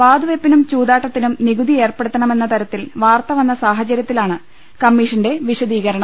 വാതുവെപ്പിനും ചൂതാട്ടത്തിനും നികുതി ഏർപ്പെടുത്തണമെന്ന തരത്തിൽ വാർത്ത വന്ന സാഹചര്യത്തിലാണ് കമ്മീഷന്റെ വിശദീ കരണം